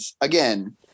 again